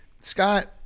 Scott